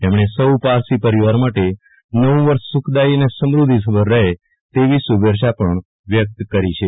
તેમણે સૌ પારસી પરિવારો માટે નવુ વર્ષ સુખદાયી અને સમૃધ્ધિસભર રહે તેવી શુભેચ્છા પણ વ્યક્ત કરી છે